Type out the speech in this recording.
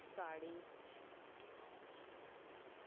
साड़ी